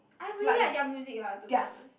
I really like their music ah to be honest